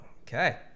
Okay